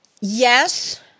Yes